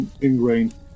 ingrained